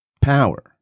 power